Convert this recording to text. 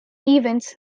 events